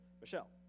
Michelle